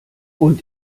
und